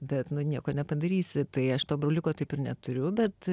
bet nieko nepadarysi tai aš to broliuko taip ir neturiu bet